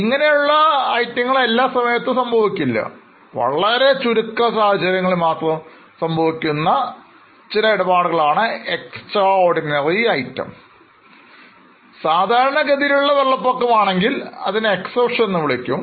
ഇത് അപൂർവ്വങ്ങളിൽ അപൂർവ്വമാണെന്ന് ഓർമ്മിക്കുക സാധാരണഗതിയിൽ വെള്ളപ്പൊക്കം സംഭവിക്കുകയാണെങ്കിൽ അത് exceptional എന്നു പറയും